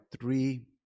three